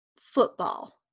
football